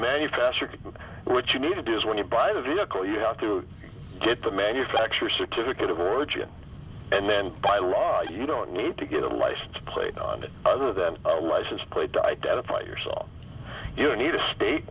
manufacturer what you need to do is when you buy a vehicle you have to get the manufacturer certificate of origin and then by law you don't need to get a license plate on it other than a license plate to identify yourself you need a state